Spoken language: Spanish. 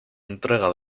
entrega